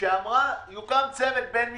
כשאמרה: יוקם צוות בין משרדי.